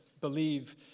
believe